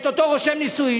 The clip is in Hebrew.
את אותו רושם נישואים,